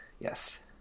yes